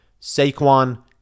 saquon